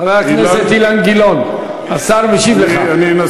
חבר הכנסת אילן גילאון, השר משיב לך.